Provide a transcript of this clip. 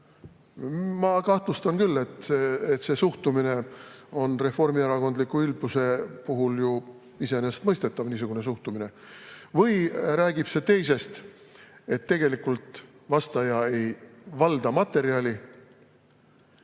ma kahtlustan küll, see suhtumine on reformierakondliku ülbuse puhul ju iseenesestmõistetav – või räägib see teisest, et tegelikult vastaja ei valda materjali